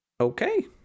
Okay